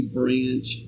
branch